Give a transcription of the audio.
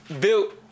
Built